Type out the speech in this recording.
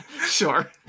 sure